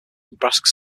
nebraska